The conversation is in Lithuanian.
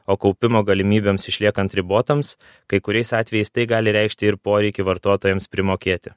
o kaupimo galimybėms išliekant ribotoms kai kuriais atvejais tai gali reikšti ir poreikį vartotojams primokėti